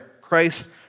Christ